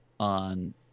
on